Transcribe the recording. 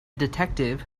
detective